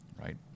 right